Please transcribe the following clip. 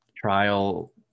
trial